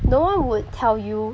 no one would tell you